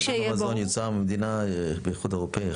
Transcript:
אם המזון יוצר במדינה באיחוד אירופי,